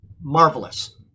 marvelous